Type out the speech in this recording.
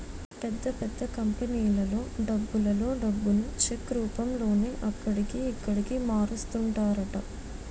పెద్ద పెద్ద కంపెనీలలో డబ్బులలో డబ్బును చెక్ రూపంలోనే అక్కడికి, ఇక్కడికి మారుస్తుంటారట